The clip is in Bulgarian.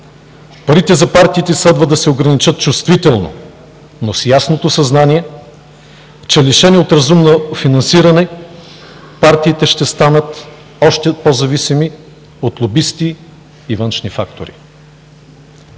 Парите за партиите следва да се ограничат чувствително, но с ясното съзнание, че, лишени от разумно финансиране, партиите ще станат още по-зависими от лобисти и външни фактори.